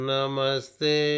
Namaste